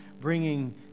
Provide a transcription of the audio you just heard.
bringing